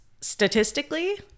statistically